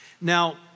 Now